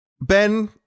Ben